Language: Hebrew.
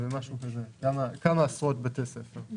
כמה עשרות בתי ספר.